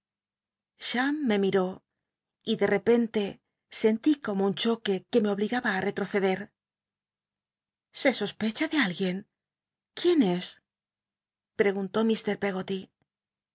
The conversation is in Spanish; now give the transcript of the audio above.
me miró y de tepcnle sentí como un choque que me obligaba ü t'ct toceder se sospecha de alguien quién es preguntó mr pcggoty